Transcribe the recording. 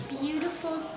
beautiful